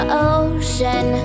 ocean